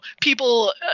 people